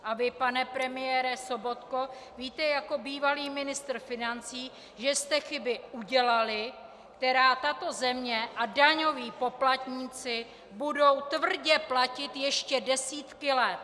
A vy, pane premiére Sobotko, víte jako bývalý ministr financí, že jste chyby udělali, které tato země a daňoví poplatníci budou tvrdě platit ještě desítky let.